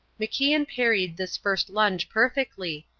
macian parried this first lunge perfectly,